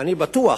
אני בטוח